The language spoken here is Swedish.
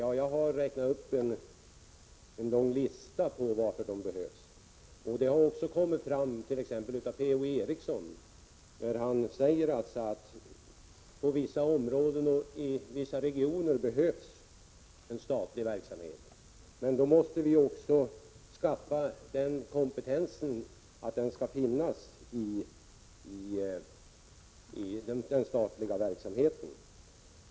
Jag har räknat upp en lång lista med argument för att de behövs. P.-O. Eriksson sade också att en statlig verksamhet behövs i vissa områden och i vissa regioner. Vi måste emellertid — Prot. 1986/87:134 då också skaffa den kompetens som skall finnas i den statliga verksamheten.